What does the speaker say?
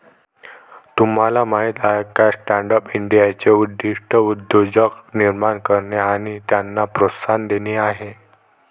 तुम्हाला माहीत आहे का स्टँडअप इंडियाचे उद्दिष्ट उद्योजक निर्माण करणे आणि त्यांना प्रोत्साहन देणे आहे